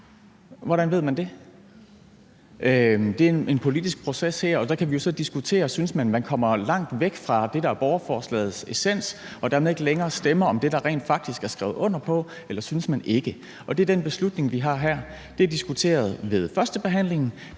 Hvordan ved man det? Det er en politisk proces, og så kan vi så diskutere, om man synes, man kommer langt væk fra det, der er borgerforslagets essens, og dermed ikke længere stemmer om det, der rent faktisk er skrevet under på, eller om man ikke synes det. Det er den beslutning, vi har her. Det er diskuteret ved førstebehandlingen.